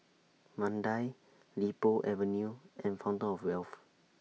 Mandai Li Po Avenue and Fountain of Wealth